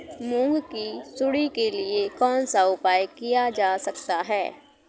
मूंग की सुंडी के लिए कौन सा उपाय किया जा सकता है?